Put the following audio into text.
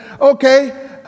okay